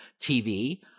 TV